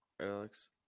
Alex